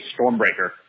Stormbreaker